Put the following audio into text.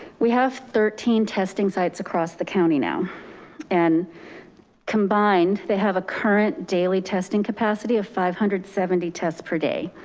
we have thirteen testing sites across the county now and combined, they have a current daily testing capacity of five hundred and seventy tests per day.